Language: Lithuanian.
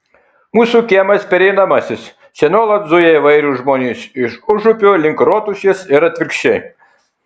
mūsų kiemas pereinamasis čia nuolat zuja įvairūs žmonės iš užupio link rotušės ir atvirkščiai